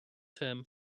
term